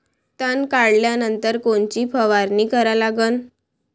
तन काढल्यानंतर कोनची फवारणी करा लागन?